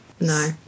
No